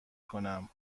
کنم